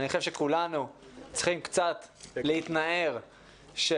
אני חושב שכולנו צריכים קצת להתנער על